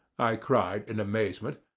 i cried, in amazement,